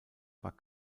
war